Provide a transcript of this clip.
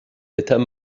états